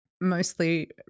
mostly